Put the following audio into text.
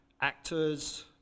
actors